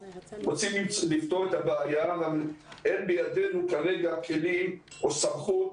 רוצים לפתור את הבעיה אבל אין בידינו כרגע כלים או סמכות